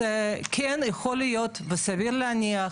אז כן יכול להיות וסביר להניח